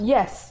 Yes